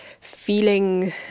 feeling